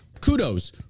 kudos